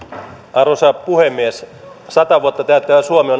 arvoisa puhemies sata vuotta täyttävä suomi